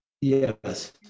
Yes